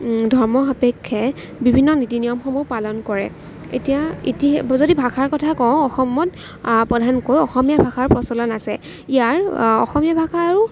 ধৰ্ম সাপেক্ষে বিভিন্ন নীতি নিয়মসমূহ পালন কৰে এতিয়া যদি ভাষাৰ কথা কওঁ অসমত প্ৰধানকৈ অসমীয়া ভাষাৰ প্ৰচলন আছে ইয়াৰ অসমীয়া ভাষাৰো